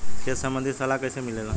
खेती संबंधित सलाह कैसे मिलेला?